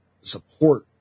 support